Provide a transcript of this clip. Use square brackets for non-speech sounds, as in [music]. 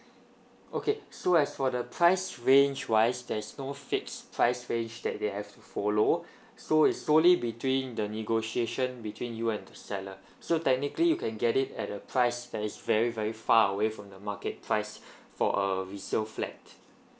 okay so as for the price range wise there's no fixed price range that they have to follow [breath] so it's solely between the negotiation between you and the seller [breath] so technically you can get it at a price that is very very far away from the market price [breath] for a resale flat